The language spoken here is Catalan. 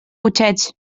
cotxets